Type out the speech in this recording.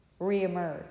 reemerge